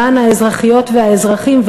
למען האזרחיות והאזרחים,